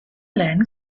learn